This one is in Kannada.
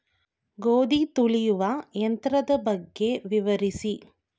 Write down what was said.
ಗೋಧಿ ತುಳಿಯುವ ಯಂತ್ರದ ಬಗ್ಗೆ ವಿವರಿಸಿ?